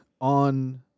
on